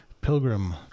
pilgrim